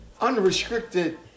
unrestricted